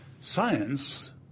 science